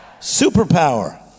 superpower